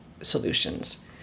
solutions